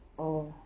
oh